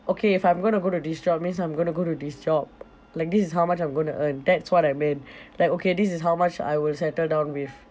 okay if I'm going to go to this job means I'm going to go to this job like this is how much I'm going to earn that's what I meant like okay this is how much I will settle down with